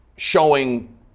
showing